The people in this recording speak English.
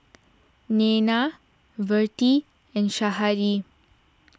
Nena Vertie and Shari